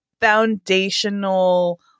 foundational